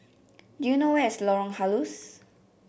do you know where is Lorong Halus